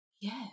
Yes